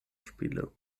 spiele